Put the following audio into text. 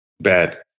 bad